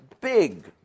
big